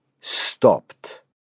stopped